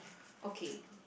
okay